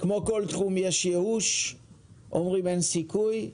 כמו בכל תחום, יש ייאוש ואומרים שאין סיכוי.